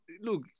look